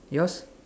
yours